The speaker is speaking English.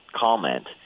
comment